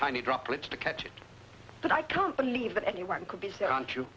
tiny droplets to catch it but i can't believe that anyone could be